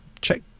check